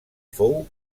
fou